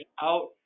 out